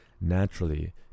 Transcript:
Naturally